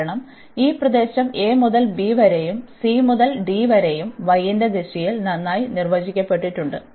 കാരണം ഈ പ്രദേശം a മുതൽ b വരെയും c മുതൽ d വരെയും y ന്റെ ദിശയിൽ നന്നായി നിർവചിക്കപ്പെട്ടിട്ടുണ്ട്